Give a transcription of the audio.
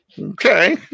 Okay